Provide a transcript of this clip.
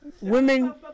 women